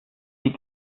die